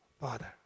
father